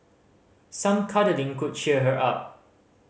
some cuddling could cheer her up